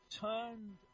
turned